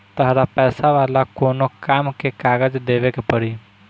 तहरा पैसा वाला कोनो काम में कागज देवेके के पड़ी